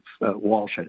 Walsh